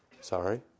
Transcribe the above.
sorry